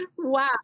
wow